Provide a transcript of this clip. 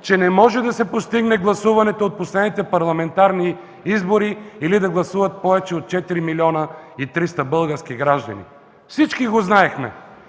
че не може да се постигне гласуването от последните парламентарни избори, тоест да гласуват повече от 4 млн. 300 хил. български граждани. Всички го знаехме.